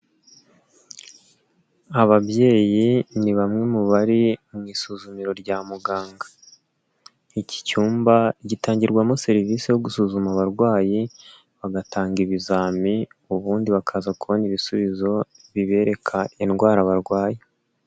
Ababyeyi ni bamwe mu bari mu isuzumiro rya muganga, iki cyumba gitangirwamo serivisi yo gusuzuma abarwayi bagatanga ibizami, ubundi bakaza kubona ibisubizo bibereka indwara barwaye.